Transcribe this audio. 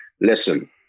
Listen